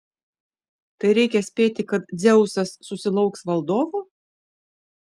tai reikia spėti kad dzeusas susilauks valdovo